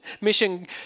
mission